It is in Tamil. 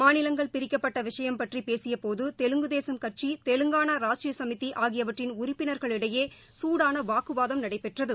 மாநிலங்கள் பிரிக்கப்பட்ட விஷயம் பற்றி பேசிய போது தெலுங்கு தேசம் கட்சி தெலுங்கானா ராஷ்டிரிய சமிதி ஆகியவற்றின் உறுப்பினர்களிடையே சூடான வாக்குவாதம் நடைபெற்றது